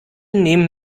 nehmen